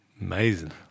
Amazing